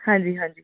ਹਾਂਜੀ ਹਾਂਜੀ